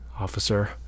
Officer